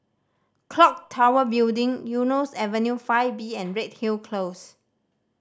Clock Tower Building Eunos Avenue Five B and Redhill Close